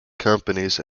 companies